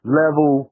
level